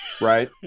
right